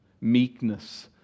Meekness